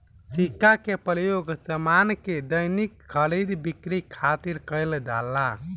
सिक्का के प्रयोग सामान के दैनिक खरीद बिक्री खातिर कईल जाला